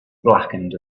blackened